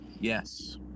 Yes